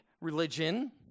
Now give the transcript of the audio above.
religion